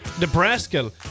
Nebraska